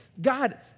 God